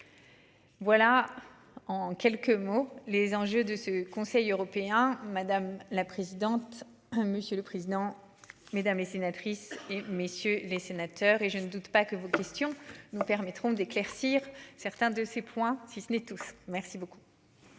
Voilà en quelques mots les enjeux de ce Conseil européen. Madame la présidente. Monsieur le président, Mesdames et sénatrices et messieurs les sénateurs, et je ne doute pas que vos questions nous permettront d'éclaircir certains de ces points, si ce n'est tous merci beaucoup.